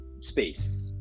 space